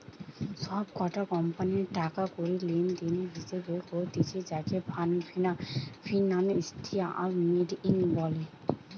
সব কটা কোম্পানির টাকা কড়ি লেনদেনের হিসেবে করতিছে যাকে ফিনান্সিয়াল মডেলিং বলে